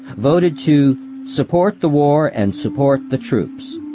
voted to support the war and support the troops.